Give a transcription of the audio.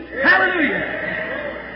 Hallelujah